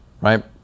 right